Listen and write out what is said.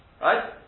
Right